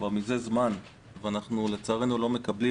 כבר מזה זמן ולצערנו אנחנו לא מקבלים.